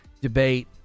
debate